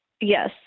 Yes